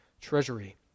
treasury